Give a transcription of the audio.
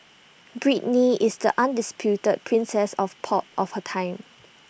Britney is the undisputed princess of pop of her time